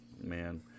Man